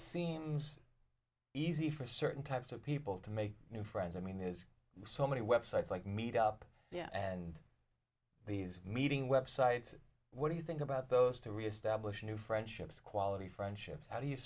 seems easy for certain types of people to make new friends i mean there's so many websites like meet up and these meeting websites what do you think about those to reestablish new friendships quality friendships how do you